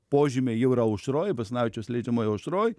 požymiai jau yra aušroj basanavičiaus leidžiamoj aušroj